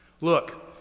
Look